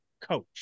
coach